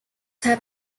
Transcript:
have